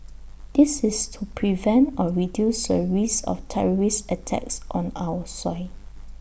this is to prevent or reduce the risk of terrorist attacks on our soil